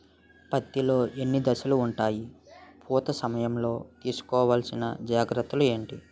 పత్తి లో ఎన్ని దశలు ఉంటాయి? పూత సమయం లో తీసుకోవల్సిన జాగ్రత్తలు ఏంటి?